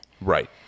Right